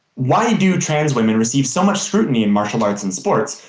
why do trans women receive so much scrutiny in martial arts and sports,